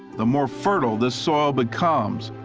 the more fertile this soil becomes,